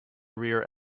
rear